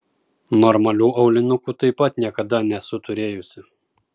normalių aulinukų taip pat niekada nesu turėjusi